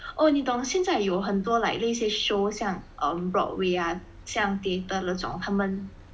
oh 你懂现在有很多 like 那些 show 像 on broadway ah 像 theatre 那种他们